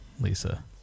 Lisa